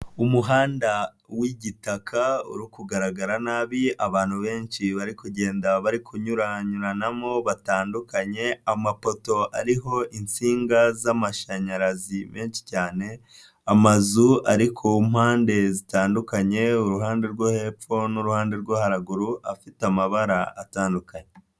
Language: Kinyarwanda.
Umuhanda w'igitaka uri kugaragara nabi abantu benshi bari kugenda bari kunyuranyuranamo batandukanye, amapoto ariho insinga z'amashanyarazi menshi cyane, amazu ari ku mpande zitandukanye, uruhande rwo hepfo n'uruhande rwO haruguru afite amabara atandukanye.